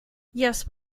yes